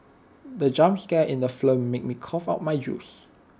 the jump scare in the film made me cough out my juice